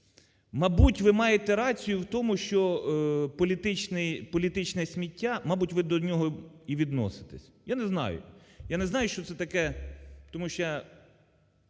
Мабуть, ви маєте рацію в тому, що політичне сміття, мабуть, ви до нього і відноситесь. Я не знаю, я не знаю, що це таке, тому що,